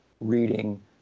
reading